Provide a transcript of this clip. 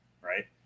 right